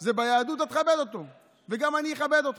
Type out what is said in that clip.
זה ביהדות, אתה תכבד אותי וגם אני אכבד אותך,